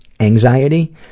Anxiety